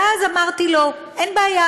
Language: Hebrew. ואז אמרתי לו: אין בעיה,